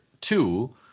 two